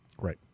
Right